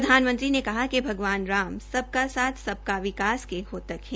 प्रधानमंत्री ने कहा कि भगवान राम सबका साथ सबका विकास के घोतक है